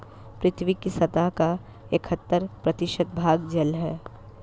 पृथ्वी की सतह का इकहत्तर प्रतिशत भाग जल है